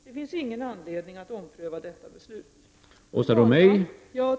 Det finns ingen anledning att ompröva detta beslut.